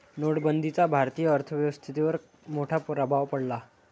नोटबंदीचा भारतीय अर्थव्यवस्थेवर मोठा प्रभाव पडला